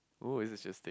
oh this is interesting